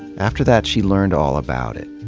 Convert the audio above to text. after that, she learned all about it.